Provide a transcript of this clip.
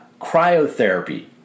cryotherapy